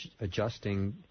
adjusting